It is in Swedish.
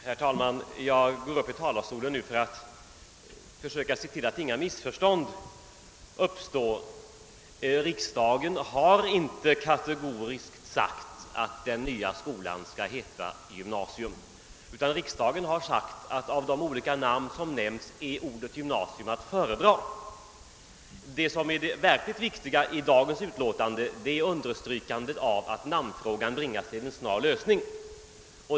Herr talman! Jag går upp i talarstolen för att försöka undanröja eventuella missförstånd. Riksdagen har inte kategoriskt sagt att den nya skolan skall heta gymnasium, utan riksdagen har sagt att av de olika namn som nämnts är ordet gymnasium att föredra. Det som är det verkligt viktiga i denna del av dagens utlåtande är understrykandet av att namnfrågan bringas till en snar lösning.